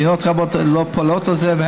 מדינות רבות לא פועלות על פיה,